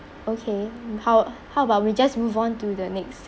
okay how how about we just move on to the next